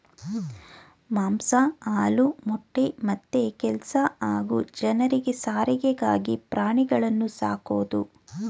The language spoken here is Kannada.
ಮಾಂಸ ಹಾಲು ಮೊಟ್ಟೆ ಮತ್ತೆ ಕೆಲ್ಸ ಹಾಗೂ ಜನರಿಗೆ ಸಾರಿಗೆಗಾಗಿ ಪ್ರಾಣಿಗಳನ್ನು ಸಾಕೋದು